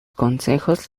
consejos